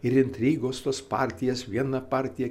ir intrigos tos partijas viena partija